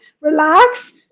relax